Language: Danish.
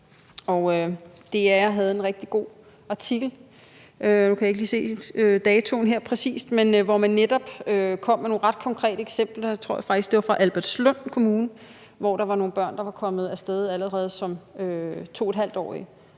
DR havde en rigtig god artikel på deres hjemmeside – nu kan jeg ikke lige se den præcise dato her – hvor man netop kom med nogle ret konkrete eksempler, og jeg tror faktisk, de var fra Albertslund Kommune, hvor der var nogle børn, der var kommet af sted allerede som 2½-årige,